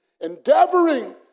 Endeavoring